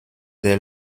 der